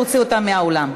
להוציא אותם מהאולם.